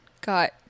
got